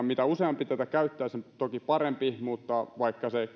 mitä useampi tätä käyttää toki sen parempi mutta vaikka